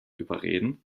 überreden